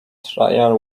trial